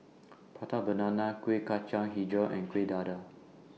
Prata Banana Kueh Kacang Hijau and Kuih Dadar